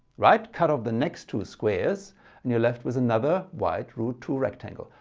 right? cut off the next two squares and you're left with another white root two rectangle,